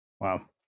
Wow